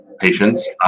patients